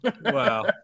Wow